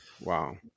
Wow